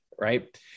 right